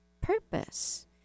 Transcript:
purpose